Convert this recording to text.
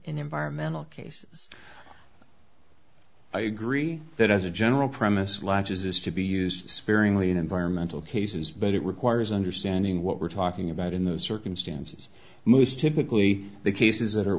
environmental case i agree that as a general premise latches is to be used sparingly in environmental cases but it requires understanding what we're talking about in those circumstances most typically the cases that are